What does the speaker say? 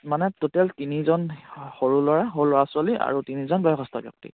মানে টোটেল তিনিজন সৰু ল'ৰা সৰু ল'ৰা ছোৱালী আৰু তিনিজন বয়সস্থ ব্যক্তি